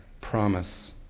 promise